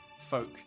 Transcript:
folk